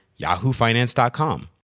YahooFinance.com